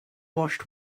washed